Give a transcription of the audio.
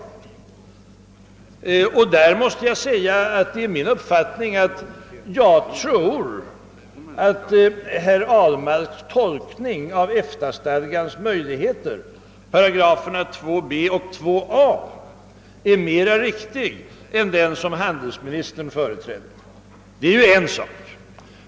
Därvidlag måste jag säga att jag tror att herr Ahlmarks tolkning av EFTA-stadgans möjligheter — det är fråga om § 2 a och hb — är mera riktig än den som handelsministern gjorde. Det är en sak.